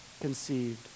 conceived